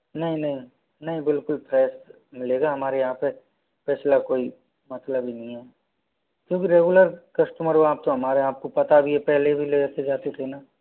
नहीं नहीं नहीं बिल्कुल फ्रेश मिलेगा हमारे यहाँ पे फ्रेश मतलब नही है क्योंकि रेगुलर कस्टमर हो आप तो हमारे आपको पता भी है पहले भी लेके जाते चुके ना